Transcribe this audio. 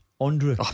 Andrew